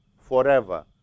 forever